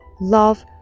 Love